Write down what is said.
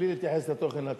בלי להתייחס לתוכן התשובה.